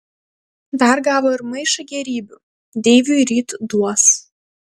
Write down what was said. dar gavo ir maišą gėrybių deiviui ryt duos